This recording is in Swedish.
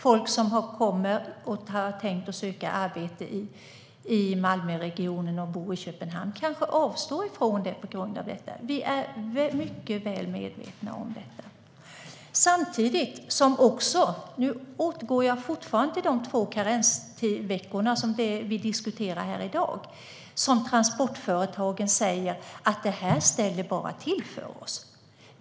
Folk som har tänkt söka arbete i Malmöregionen och bor i Köpenhamn kanske avstår från att göra det på grund av detta. Vi är mycket väl medvetna om detta. Nu återgår jag till de två karensveckorna, som vi diskuterar här i dag. Transportföretagen säger samtidigt att karensveckorna bara ställer till det för dem.